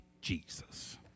Jesus